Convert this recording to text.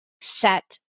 set